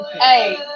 hey